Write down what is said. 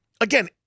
Again